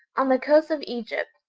on the coast of egypt,